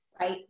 Right